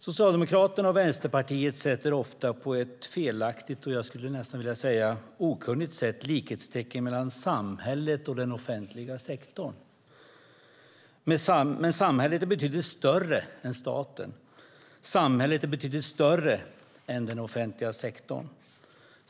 Socialdemokraterna och Vänsterpartiet sätter ofta på ett felaktigt - jag skulle nästan vilja säga okunnigt - sätt likhetstecken mellan samhället och den offentliga sektorn. Men samhället är betydligt större än staten och betydligt större än den offentliga sektorn.